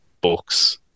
books